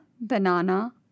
banana